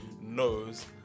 knows